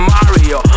Mario